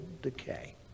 Decay